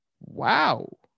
wow